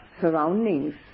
surroundings